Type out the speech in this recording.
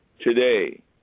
today